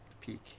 peak